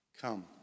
Come